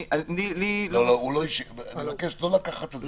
אני מבקש לא לקחת אישית.